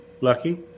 Lucky